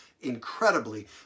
incredibly